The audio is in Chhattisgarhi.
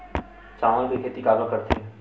चावल के खेती काबर करथे?